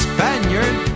Spaniard